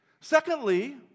Secondly